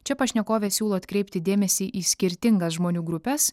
čia pašnekovė siūlo atkreipti dėmesį į skirtingas žmonių grupes